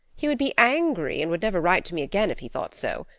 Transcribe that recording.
he would be angry and would never write to me again if he thought so.